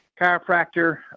chiropractor